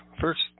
First